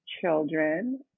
children